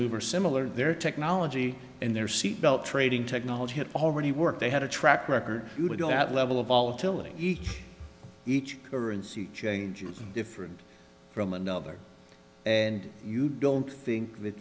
move or similar their technology and their seat belt trading technology had already worked they had a track record that level of volatility each currency change was different from another and you don't think that